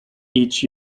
each